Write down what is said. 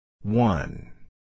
One